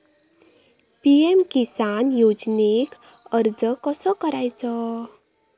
PM Kisan योजनेक अर्ज कसो करायचो?